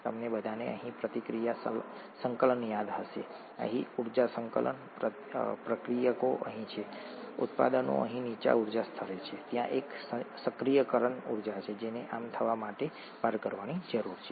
તમને બધાને અહીં પ્રતિક્રિયા સંકલન યાદ હશે અહીં ઊર્જા સંકલન પ્રક્રિયકો અહીં છે ઉત્પાદનો અહીં નીચા ઊર્જા સ્તરે છે ત્યાં એક સક્રિયકરણ ઊર્જા છે જેને આમ થવા માટે પાર કરવાની જરૂર છે